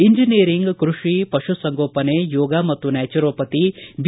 engineering ಕೃಷಿ ಪಶು ಸಂಗೋಪನೆ ಯೋಗ ಮತ್ತು ನ್ಯಾಚರೋಪತಿ ಬಿ